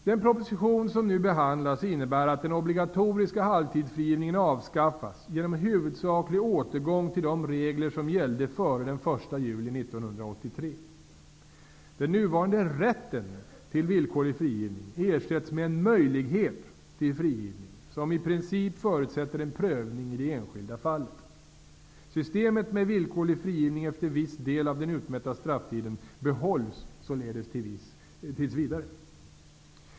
Den proposition som nu behandlas innebär att den obligatoriska halvtidsfrigivningen avskaffas genom en huvudsaklig återgång till de regler som gällde före den 1juli 1983. Den nuvarande rätten till villkorlig frigivning ersätts med en möjlighet till frigivning, som i princip förutsätter en prövning i det enskilda fallet. Systemet med villkorlig frigivning efter viss del av den utmätta strafftiden behålls således tills vidare.